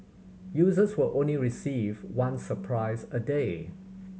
users will only receive one surprise a day